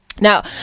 Now